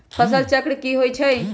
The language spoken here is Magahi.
फसल चक्र की होइ छई?